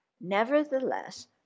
Nevertheless